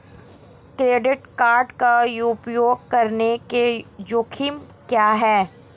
Credit card का उपयोग करने के जोखिम क्या हैं?